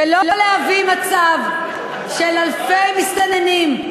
ולא להביא למצב שאלפי מסתננים,